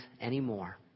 anymore